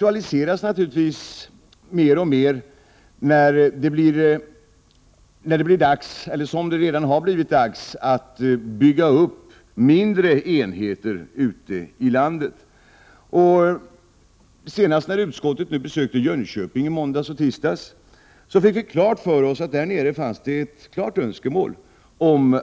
Denna fråga har naturligtvis mer och mer aktualiserats när det blivit dags att bygga upp mindre enheter ute i landet. När utskottet senast besökte Jönköping, i måndags och tisdags, fick vi klart för oss att det där finns ett klart önskemål